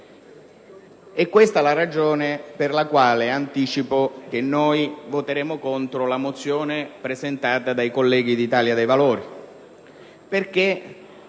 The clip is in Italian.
È questa la ragione per la quale, lo anticipo, voteremo contro la mozione presentata dai colleghi dell'Italia dei Valori,